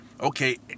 okay